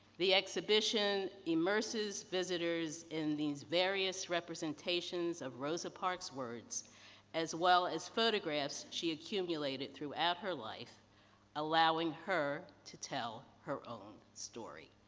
the exhibition immerses visitors in these various representations of rosa parks' words as well as photographs she accumulated throughout her life allowing her to tell her own story.